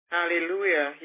Hallelujah